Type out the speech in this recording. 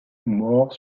mort